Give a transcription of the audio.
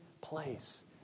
place